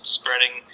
spreading